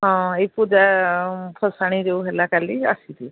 ହଁ ଏହି ପୂଜା ଭଷାଣି ଯେଉଁ ହେଲା କାଲି ଆସିଲି